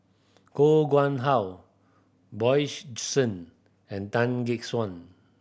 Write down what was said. Koh Nguang How Bjorn Shen and Tan Gek Suan